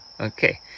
Okay